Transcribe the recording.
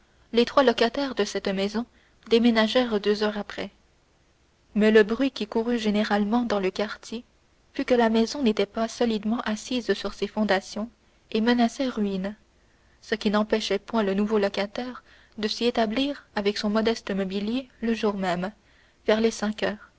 les trois locataires de cette maison déménagèrent deux heures après mais le bruit qui courut généralement dans le quartier fut que la maison n'était pas solidement assise sur ses fondations et menaçait ruine ce qui n'empêchait point le nouveau locataire de s'y établir avec son modeste mobilier le jour même vers les cinq heures